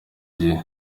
gihe